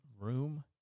room